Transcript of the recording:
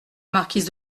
marquise